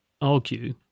argue